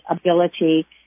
ability